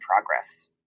progress